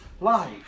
life